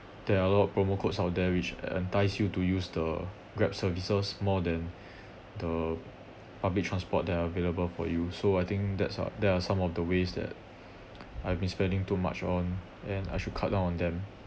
there are a lot of promo codes out there which entice you to use the grab services more than the public transport that are available for you so I think that's a that are some of the ways that I've been spending too much on and I should cut down on them